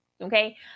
okay